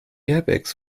airbags